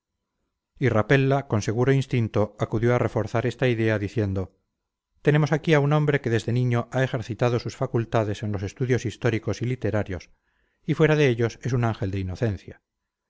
y rapella con seguro instinto acudió a reforzar esta idea diciendo tenemos aquí a un hombre que desde niño ha ejercitado sus facultades en los estudios históricos y literarios y fuera de ellos es un ángel de inocencia